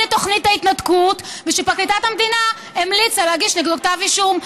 את תוכנית ההתנתקות ופרקליטת המדינה המליצה להגיש נגדו כתב אישום.